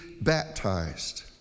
baptized